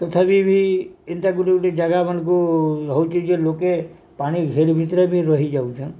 ତଥାପି ବି ଏନ୍ତା ଗୁଟେ ଗୁଟେ ଜାଗାମାନ୍ଙ୍କୁ ହେଉଛେ ଯେ ଲୋକେ ପାଣି ଘେର୍ ଭିତ୍ରେ ବି ରହିଯାଉଛନ୍